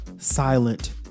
silent